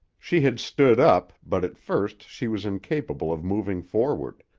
she had stood up, but at first she was incapable of moving forward.